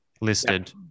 listed